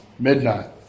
Midnight